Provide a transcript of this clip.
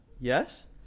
yes